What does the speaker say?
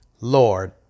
Lord